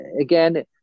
again